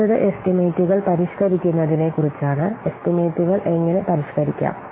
അടുത്തത് എസ്റ്റിമേറ്റുകൾ പരിഷ്കരിക്കുന്നതിനെ കുറിച്ചാണ് എസ്റ്റിമേറ്റുകൾ എങ്ങനെ പരിഷ്കരിക്കാം